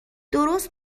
درست